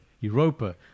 Europa